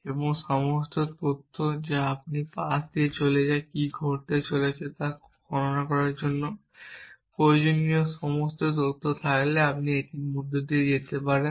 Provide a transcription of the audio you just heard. এবং সমস্ত তথ্য যা আপনি একটি পাশা দিয়ে আসলে কি ঘটতে চলেছে তার গণনা করার জন্য প্রয়োজনীয় সমস্ত তথ্য থাকলে আপনি যখন এটির মধ্য দিয়ে যেতে পারেন